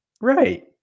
Right